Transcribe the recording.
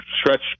stretch